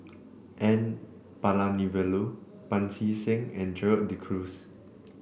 N Palanivelu Pancy Seng and Gerald De Cruz